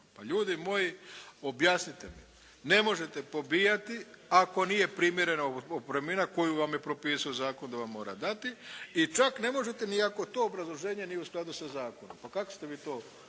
Pa ljudi moji objasnite mi. Ne možete pobijati ako nije primjerena otpremnina koju vam je propisao zakon da on mora dati i čak ne možete ni ako to obrazloženje nije u skladu sa zakonom. Pa kako ste vi to